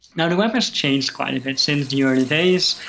now the web has changed quite a bit since the early days.